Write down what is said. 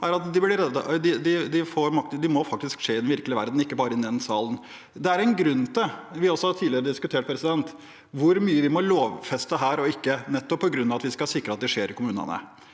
Det må faktisk skje i den virkelige verden, ikke bare i denne salen. Vi har også tidligere diskutert hvor mye vi må lovfeste her og ikke, nettopp på grunn av at vi skal sikre at det skjer i kommunene.